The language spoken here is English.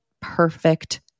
perfect